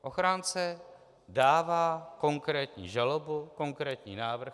Ochránce dává konkrétní žalobu, konkrétní návrh.